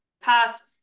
past